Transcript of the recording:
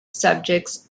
subjects